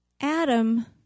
Adam